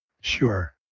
Sure